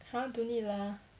!huh! don't need lah